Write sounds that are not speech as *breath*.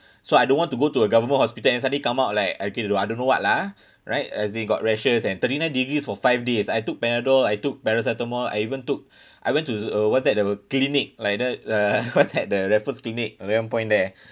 *breath* so I don't want to go to a government hospital and suddenly come out like okay don't know I don't know what lah right as in got rashes and thirty nine degrees for five days I took panadol I took paracetamol I even took *breath* I went to uh what's that there were clinic like the uh *laughs* what's that the raffles clinic causeway point there